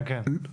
כן, כן.